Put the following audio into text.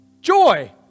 Joy